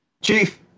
Chief